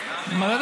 מה זה משנה?